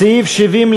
סעיף 70,